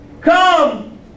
Come